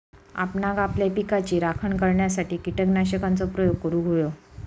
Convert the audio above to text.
आपणांक आपल्या पिकाची राखण करण्यासाठी कीटकनाशकांचो प्रयोग करूंक व्हयो